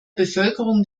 bevölkerung